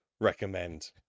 recommend